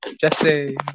Jesse